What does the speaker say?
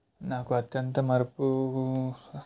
నాకు అత్యంత మరుపు